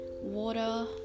water